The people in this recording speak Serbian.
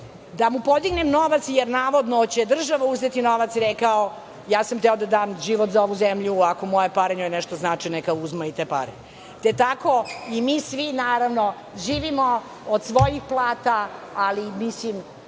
da mu podignem novac, jer navodno će država uzeti novac, rekao – ja sam hteo da dam život za ovu zemlju, ako moje pare njoj nešto znače, neka uzme i te pare. Tako i mi svi naravno živimo od svojih plata, ali svi